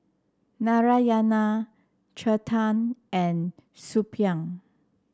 Narayana Chetan and Suppiah